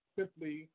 simply